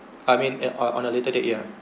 I mean uh on on a later date yeah